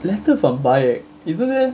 letter from bayek isn't there